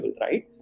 right